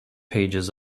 pages